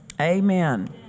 Amen